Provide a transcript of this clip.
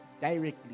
directly